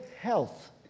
health